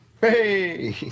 Hey